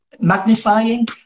Magnifying